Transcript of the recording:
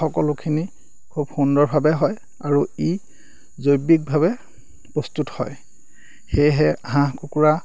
সকলোখিনি খুব সুন্দৰভাৱে হয় আৰু ই জৈৱিকভাৱে প্ৰস্তুত হয় সেয়েহে হাঁহ কুকুৰা